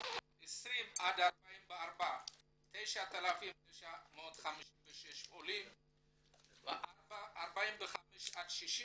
44-20 9,956 עולים ו-65-45,